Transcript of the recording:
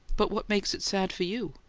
but what makes it sad for you?